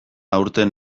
aurten